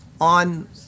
on